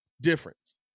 difference